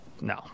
No